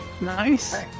Nice